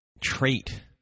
trait